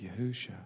Yahusha